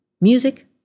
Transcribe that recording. Music